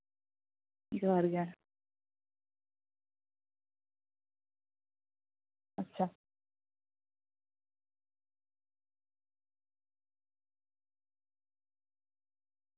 ᱡᱚᱦᱟᱨ ᱡᱚᱦᱟᱨ ᱟᱪᱪᱷᱟ